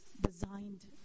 designed